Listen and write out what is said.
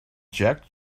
jack